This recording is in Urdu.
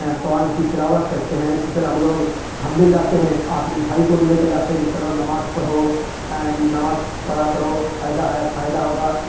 قرآن کی تلاوت کرتے ہیں اسی طرح ہم لوگ ہم بھی جاتے ہیں اور اپنے بھائی کو بھی لے کے جاتے ہیں کہ چلو نماز پڑھو نماز پڑھا کرو فائدہ ہے فائدہ ہوگا